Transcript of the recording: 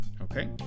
Okay